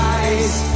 eyes